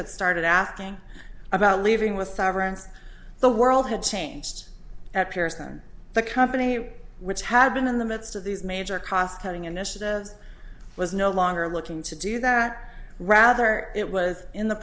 had started asking about leaving with severance the world had changed at pearson the company which had been in the midst of these major cost cutting initiatives was no longer looking to do that rather it was in the